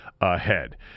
ahead